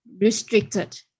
restricted